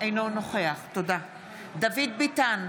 אינו נוכח דוד ביטן,